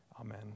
Amen